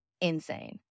insane